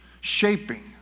shaping